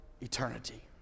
eternity